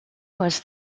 was